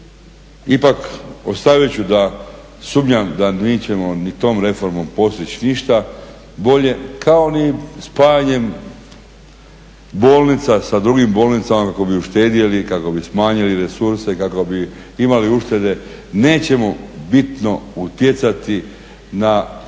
Ipak, ostavit ću da sumnjam da nećemo ni tom reformom postići ništa bolje kao ni spajanjem bolnica sa drugim bolnicama kako bi uštedili, kako bi smanjili resurse, kako bi imali uštede, nećemo bitno utjecati na bilo